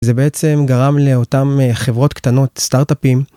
זה בעצם גרם לאותם חברות קטנות סטארט-אפים.